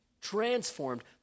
transformed